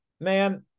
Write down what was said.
man